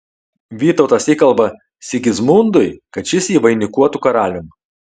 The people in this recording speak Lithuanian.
vytautas įkalba sigismundui kad šis jį vainikuotų karalium